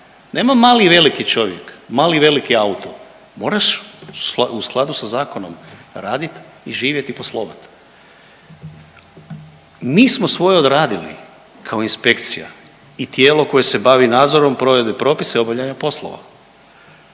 nema mali i veliki čovjek, mali i veliki auto moraš u skladu sa zakonom radit i živjet i poslovat. Mi smo svoje odradili kao inspekcija i tijelo koje se bavi nadzorom provedbe propisa i obavljanja poslova.